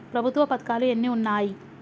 ప్రభుత్వ పథకాలు ఎన్ని ఉన్నాయి?